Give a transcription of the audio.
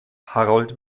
harold